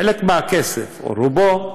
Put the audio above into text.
חלק מהכסף, או רובו,